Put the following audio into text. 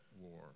war